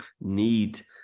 need